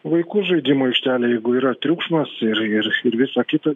vaikų žaidimų aikštelė jeigu yra triukšmas ir ir visa kita